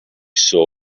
saw